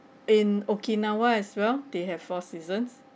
in okinawa as well they have four seasons